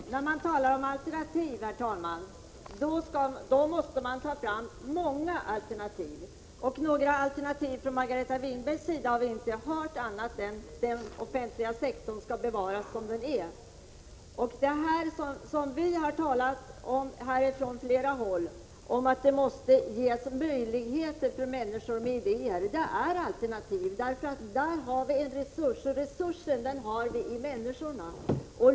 Herr talman! När man talar om alternativ måste man ta fram många alternativ, men Margareta Winberg har inte nämnt några andra alternativ än att den offentliga sektorn skall bevaras som den är. Vi är flera som har sagt här i dag att det måste ges möjligheter för människor med idéer. Det är alternativ, därför att där finns det en resurs, nämligen i människorna.